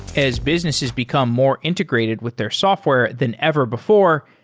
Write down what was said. as businesses become more integrated with their software than ever before,